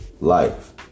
life